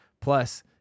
Plus